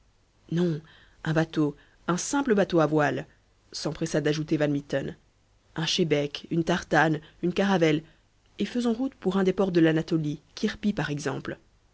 non un bateau un simple bateau à voile s'empressa d'ajouter van mitten un chébec une tartane une caravelle et faisons route pour un des ports de l'anatolie kirpih par exemple